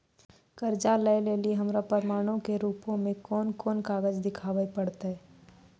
कर्जा लै लेली हमरा प्रमाणो के रूपो मे कोन कोन कागज देखाबै पड़तै?